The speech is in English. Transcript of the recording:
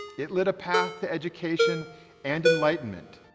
it lit a path to education and enlightenment,